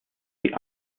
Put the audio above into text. die